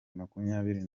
makumyabiri